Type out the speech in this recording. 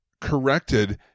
corrected